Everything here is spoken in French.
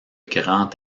grand